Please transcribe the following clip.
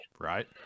Right